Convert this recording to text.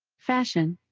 fashion.